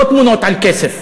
לא תמונות על כסף.